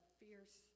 fierce